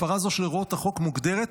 הפרה זו של הוראות החוק מוגדרת